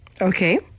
Okay